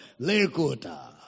Lakota